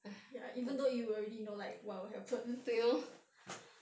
ya even though you've already you know like what will happen